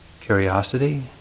curiosity